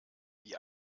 wie